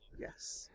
Yes